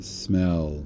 smell